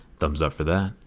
thumbs up for that.